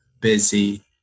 busy